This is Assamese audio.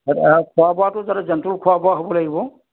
আৰু খোৱা বোৱাতো যাতে জেণ্টল খোৱা বোৱা হ'ব লাগিব